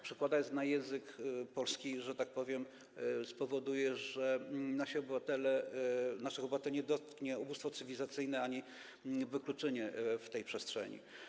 Przekładając to na język polski, że tak powiem - spowoduje to, że naszych obywateli nie dotknie ubóstwo cywilizacyjne ani wykluczenie w tej przestrzeni.